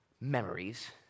memories